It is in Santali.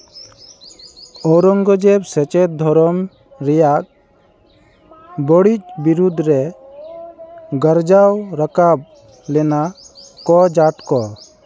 ᱳᱨᱚᱝᱜᱚᱡᱮᱵᱽ ᱥᱮᱪᱮᱫ ᱫᱚᱨᱚᱢ ᱨᱮᱭᱟᱜ ᱵᱟᱹᱲᱤᱡ ᱵᱤᱨᱩᱫᱷ ᱨᱮ ᱜᱟᱨᱡᱟᱣ ᱨᱟᱠᱟᱵ ᱞᱮᱱᱟ ᱠᱚ ᱡᱟᱴᱷ ᱠᱚ